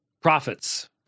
prophets